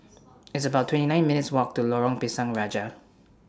It's about twenty nine minutes' Walk to Lorong Pisang Raja